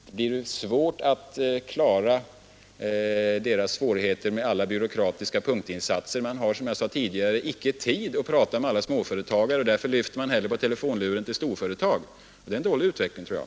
Det blir svårt att klara småföretagens problem med alla byråkratiska punktinsatser. Man har, som jag sade tidigare, icke tid att prata med alla småföretagare, och därför lyfter man hellre på telefonluren för att ringa till storföretag. Det är en dålig utveckling, tror jag.